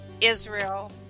Israel